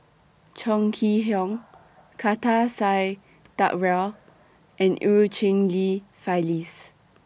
Chong Kee Hiong Kartar Singh Thakral and EU Cheng Li Phyllis